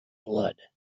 blood